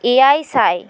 ᱮᱭᱟᱭ ᱥᱟᱭ